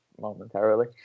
momentarily